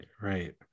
Right